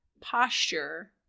posture